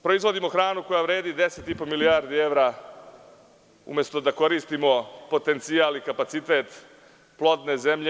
Proizvodimo hranu koja vredi deset i po milijardi evra umesto da koristimo potencijal i kapacitet plodne zemlje.